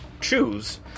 choose